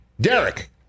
Derek